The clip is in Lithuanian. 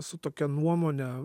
su tokia nuomone